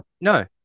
No